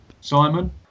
simon